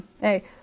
hey